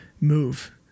move